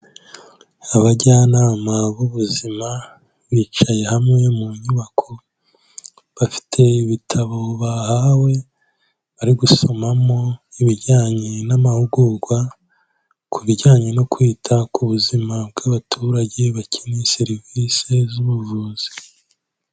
Abajyanama b'ubuzima bicaye hamwe mu nyubako, bafite ibitabo bahawe bari gusomamo ibijyanye n'amahugurwa, ku bijyanye no kwita ku buzima bw'abaturage bakeneye serivisi z'ubuvuzi.